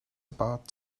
about